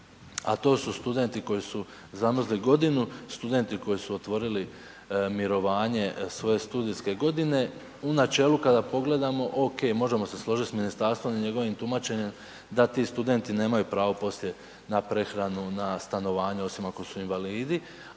a to su studenti koji su zamrzli godinu, studenti koji su otvorili mirovanje svoje studijske godine, u načelu kada pogledamo ok, možemo se složiti s ministarstvom i njegovim tumačenjem da ti studenti nemaju pravo poslije na prehranu, na stanovanje osim ako su invalidi,